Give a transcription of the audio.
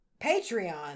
Patreon